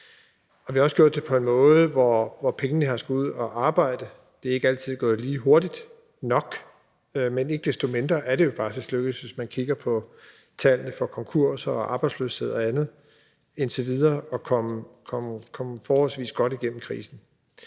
vi har også gjort det på en måde, hvor pengene skulle ud at arbejde. Det er ikke altid lige gået hurtigt nok, men ikke desto mindre er det jo faktisk lykkedes, hvis man kigger på tallene fra konkurser og arbejdsløshed og andet, indtil videre at komme forholdsvis godt igennem krisen.